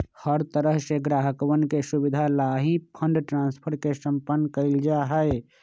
हर तरह से ग्राहकवन के सुविधा लाल ही फंड ट्रांस्फर के सम्पन्न कइल जा हई